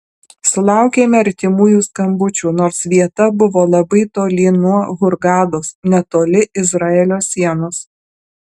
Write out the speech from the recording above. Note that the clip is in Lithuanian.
sulaukėme artimųjų skambučių nors vieta buvo labai toli nuo hurgados netoli izraelio sienos